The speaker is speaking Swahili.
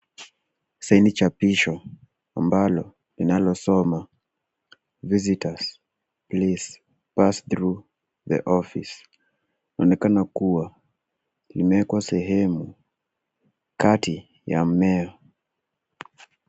Sheni chapisho ambalo linalosoma. Visitors, please pass through the office. Lilionekana kuwa limewekwa sehemu kati ya mmea.